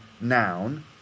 noun